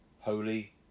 holy